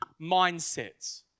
mindsets